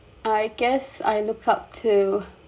I guess I look up to